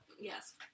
Yes